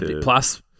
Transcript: plus